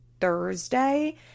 Thursday